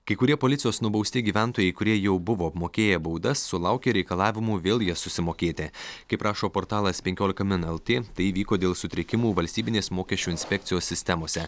kai kurie policijos nubausti gyventojai kurie jau buvo apmokėję baudas sulaukė reikalavimų vėl jas susimokėti kaip rašo portalas penkiolika min lt tai įvyko dėl sutrikimų valstybinės mokesčių inspekcijos sistemose